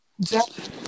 Jeff